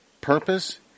purpose